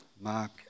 Mark